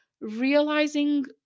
realizing